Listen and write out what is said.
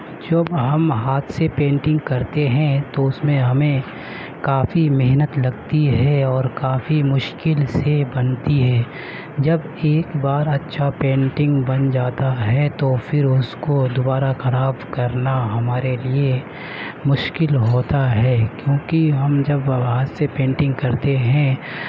جب ہم ہاتھ سے پینٹنگ کرتے ہیں تو اس میں ہمیں کافی محنت لگتی ہے اور کافی مشکل سے بنتی ہے جب ایک بار اچھا پینٹنگ بن جاتا ہے تو پھر اس کو دوبارہ خراب کرنا ہمارے لیے مشکل ہوتا ہے کیوںکہ ہم جب ہاتھ سے پینٹنگ کرتے ہیں